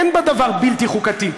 אין בה דבר בלתי חוקתי.